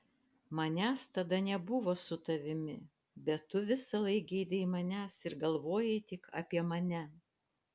manęs tada nebuvo su tavimi bet tu visąlaik geidei manęs ir galvojai tik apie mane